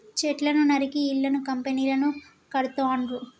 చెట్లను నరికి ఇళ్లను కంపెనీలను కడుతాండ్రు